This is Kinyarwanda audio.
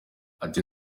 ati